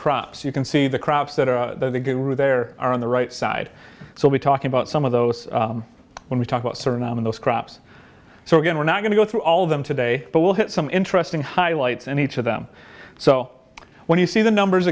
crops you can see the crops that are they grew there are on the right side so we're talking about some of those when we talk about certain and those crops so again we're not going to go through all of them today but we'll hit some interesting highlights and each of them so when you see the numbers